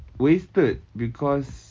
wasted because